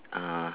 uh